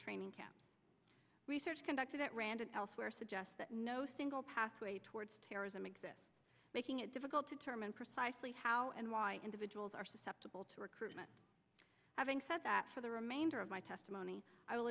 training camps research conducted at rand and elsewhere suggests that no single pathway towards terrorism exists making it difficult to determine precisely how and why individuals are susceptible to recruitment having said that for the remainder of my testimony i will